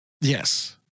yes